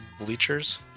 bleachers